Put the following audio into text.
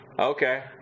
Okay